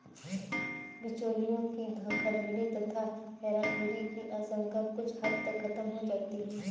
बिचौलियों की धोखाधड़ी तथा हेराफेरी की आशंका कुछ हद तक खत्म हो जाती है